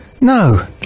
No